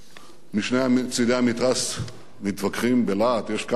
משני צדי המתרס מתווכחים בלהט, יש כמה צדדים פה,